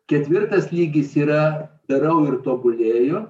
ketvirtas lygis yra darau ir tobulėju